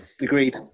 Agreed